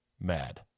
mad